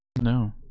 No